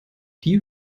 die